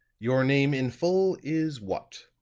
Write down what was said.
your name in full is what?